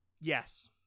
Yes